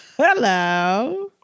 Hello